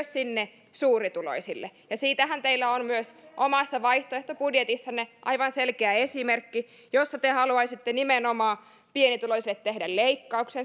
sinne suurituloisille ja siitähän teillä on myös omassa vaihtoehtobudjetissanne aivan selkeä esimerkki jossa te haluaisitte nimenomaan pienituloisille tehdä leikkauksia